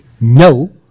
no